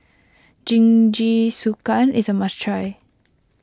Jingisukan is a must try